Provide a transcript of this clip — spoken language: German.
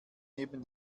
neben